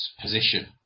position